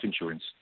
insurance